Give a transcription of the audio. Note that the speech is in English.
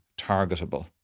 targetable